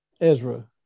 Ezra